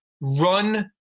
Run